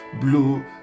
blue